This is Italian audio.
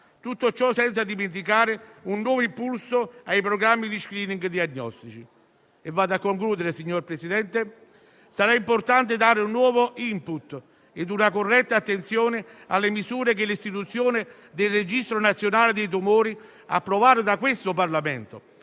tutto ciò senza dimenticare un nuovo impulso ai programmi di *screening* diagnostici. Signor Presidente, sarà importante dare un nuovo *input* e una corretta attenzione alle misure che l'istituzione del registro nazionale dei tumori, approvato da questo Parlamento,